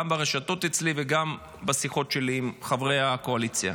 ברשתות אצלי וגם בשיחות שלי עם חברי הקואליציה.